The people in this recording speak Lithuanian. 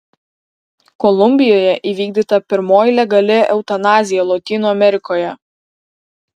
kolumbijoje įvykdyta pirmoji legali eutanazija lotynų amerikoje